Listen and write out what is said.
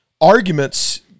arguments